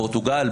פורטוגל,